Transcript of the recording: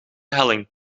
helling